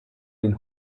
den